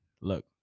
Look